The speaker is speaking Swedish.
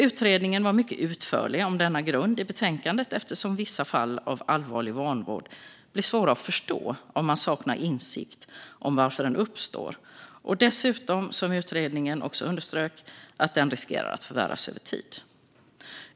Utredningen var mycket utförlig om denna grund i betänkandet, eftersom vissa fall av allvarlig vanvård blir svåra att förstå om man saknar insikt om varför den uppstår och att, vilket utredningen också underströk, den dessutom riskerar att förvärras över tid.